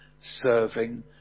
serving